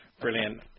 brilliant